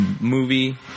movie